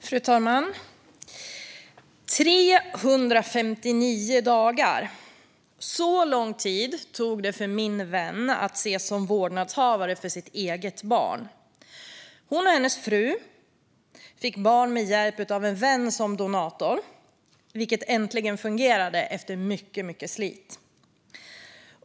Fru talman! 359 dagar - så lång tid tog det för min vän att ses som vårdnadshavare för sitt eget barn. Hon och hennes fru fick barn med hjälp av en vän, som donator, vilket äntligen fungerade efter mycket slit.